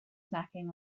snacking